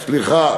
באמת,